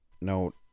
note